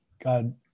God